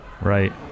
right